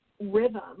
rhythm